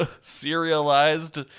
serialized